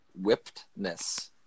whippedness